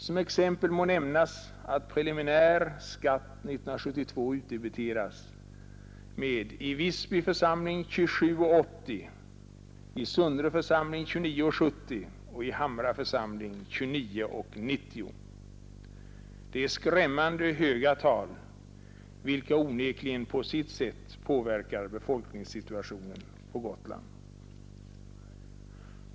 Som exempel må nämnas att preliminär skatt 1972 utdebiteras med i Visby församling 27:80 kronor, i Sundre församling 29:70 kronor och i Hamra församling 29:90 kronor. Det är skrämmande höga tal, vilka onekligen på sitt sätt påverkar befolk ningssituationen på Gotland.